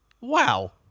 Wow